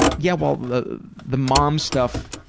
yeah, well the the mom stuff